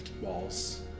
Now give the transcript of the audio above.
walls